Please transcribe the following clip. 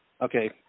Okay